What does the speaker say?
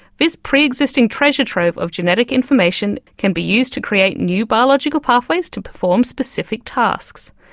this pre-existing treasure trove of genetic information can be used to create new biological pathways to perform specific tasks.